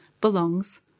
belongs